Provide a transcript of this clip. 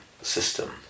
system